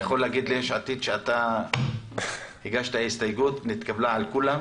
אתה יכול להגיד ליש עתיד שאתה הגשת הסתייגות שנתקבלה על כולם.